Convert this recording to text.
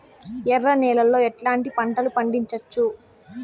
ఎర్ర నేలలో ఎట్లాంటి పంట లు పండించవచ్చు వచ్చు?